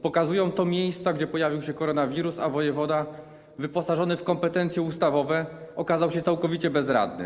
Pokazują to miejsca, gdzie pojawił się koronawirus, a wojewoda wyposażony w kompetencje ustawowe okazał się całkowicie bezradny.